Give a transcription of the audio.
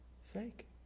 sake